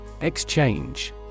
Exchange